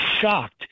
shocked